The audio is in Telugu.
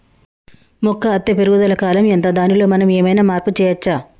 మొక్క అత్తే పెరుగుదల కాలం ఎంత దానిలో మనం ఏమన్నా మార్పు చేయచ్చా?